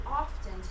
often